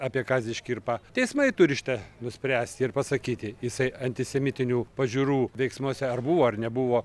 apie kazį škirpą teismai turi šitą nuspręsti ir pasakyti jisai antisemitinių pažiūrų veiksmuose ar buvo ar nebuvo